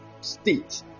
state